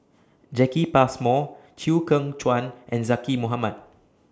Jacki Passmore Chew Kheng Chuan and Zaqy Mohamad